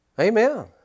Amen